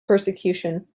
persecution